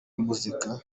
umuziki